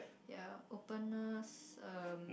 yeah openness erm